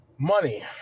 Money